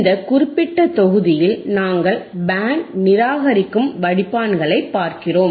இந்த குறிப்பிட்ட தொகுதியில் நாங்கள் பேண்ட் நிராகரிக்கும் வடிப்பான்களைப் பார்க்கிறோம்